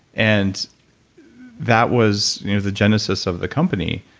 and that was you know the genesis of the company,